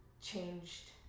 changed